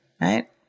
right